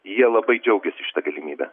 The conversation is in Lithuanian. jie labai džiaugiasi šita galimybe